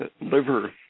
liver